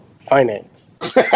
Finance